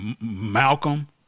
Malcolm